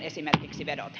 vedoten